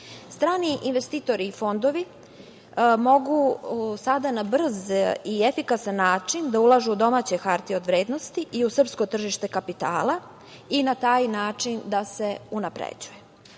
godini. Strani investitori i fondovi mogu sada na brz i efikasan način da ulažu u domaće hartije od vrednosti i u srpsko tržište kapitala i na taj način da se unapređuje. Komisija